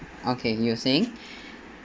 okay you're saying